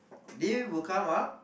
they will come up